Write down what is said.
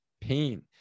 pain